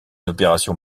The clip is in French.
opérations